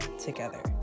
together